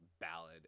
ballad